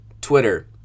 Twitter